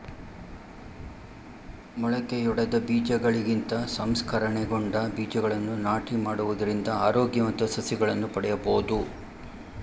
ಮೊಳಕೆಯೊಡೆದ ಬೀಜಗಳಿಗಿಂತ ಸಂಸ್ಕರಣೆಗೊಂಡ ಬೀಜಗಳನ್ನು ನಾಟಿ ಮಾಡುವುದರಿಂದ ಆರೋಗ್ಯವಂತ ಸಸಿಗಳನ್ನು ಪಡೆಯಬೋದು